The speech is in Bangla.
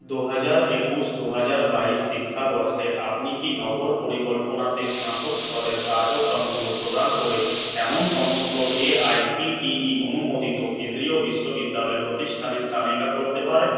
দুহাজার একুশ দুহাজার বাইশ শিক্ষাবর্ষে আপনি কি নগর পরিকল্পনাতে স্নাতক স্তরের কার্যক্রমগুলো প্রদান করে এমন সমস্ত এআইসিটিই অনুমোদিত কেন্দ্রীয় বিশ্ববিদ্যালয় প্রতিষ্ঠানের তালিকা করতে পারেন